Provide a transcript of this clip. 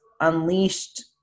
unleashed